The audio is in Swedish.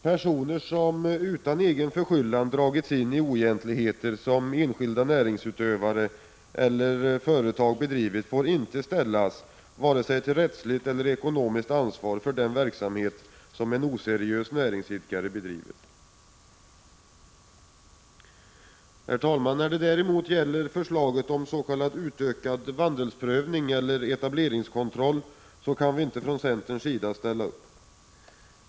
Personer som utan egen förskyllan dragits in i oegentligheter som enskilda näringsutövare eller företag bedrivit får inte ställas till vare sig rättsligt eller ekonomiskt ansvar för den verksamhet som en oseriös näringsidkare bedrivit. Herr talman! När det däremot gäller förslaget om s.k. utökad vandelsprövning eller etableringskontroll kan vi i centerpartiet inte ställa upp.